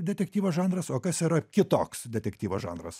detektyvo žanras o kas yra kitoks detektyvo žanras